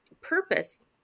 purpose